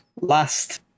last